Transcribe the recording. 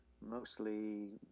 mostly